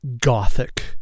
gothic